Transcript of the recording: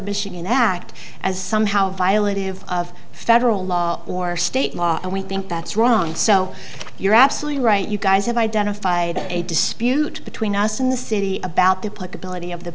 michigan act as somehow violative of federal law or state law and we think that's wrong so you're absolutely right you guys have identified a dispute between us and the city about the possibility of the